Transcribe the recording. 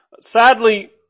Sadly